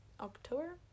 October